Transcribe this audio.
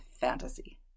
fantasy